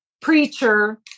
preacher